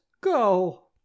go